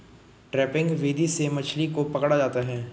trapping विधि से मछली को पकड़ा होता है